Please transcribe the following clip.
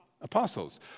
apostles